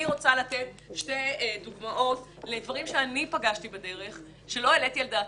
אני רוצה לתת שתי דוגמאות לדברים שאני פגשתי בדרך ולא העליתי על דעתי.